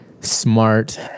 smart